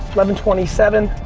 eleven twenty seven,